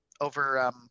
over